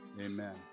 amen